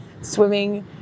swimming